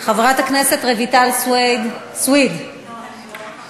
חברת הכנסת רויטל סויד, בבקשה.